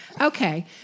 Okay